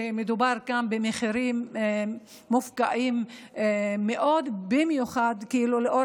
ומדובר במחירים מופקעים מאוד במיוחד לאור